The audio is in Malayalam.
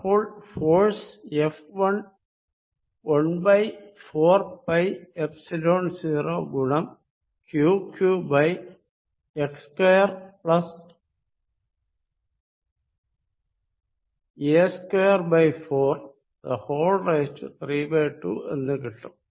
അപ്പോൾ ഫോഴ്സ് F1 1 4 πϵ0 ഗുണം Qqx2a24 32 എന്ന് കിട്ടും